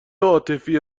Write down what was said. عاطفی